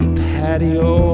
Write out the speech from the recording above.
patio